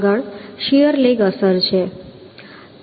આગળ shear lag અસર છે